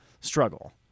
struggle